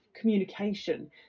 communication